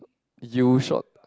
you short